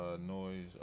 noise